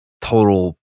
total